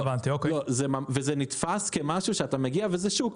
לא, וזה נתפס כמשהו שאתה מגיע וזה שוק.